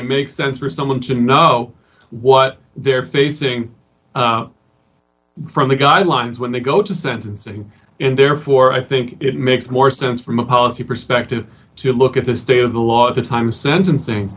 it makes sense for someone to know what they're facing from the guidelines when they go to sentencing and therefore i think it makes more sense from a policy perspective to look at the state of the law at the time sentencing